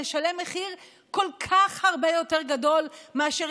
נשלם מחיר כל כך הרבה יותר גדול מאשר